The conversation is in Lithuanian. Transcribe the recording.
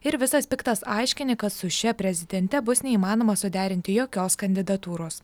ir visas piktas aiškini kad su šia prezidente bus neįmanoma suderinti jokios kandidatūros